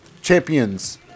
Champions